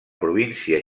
província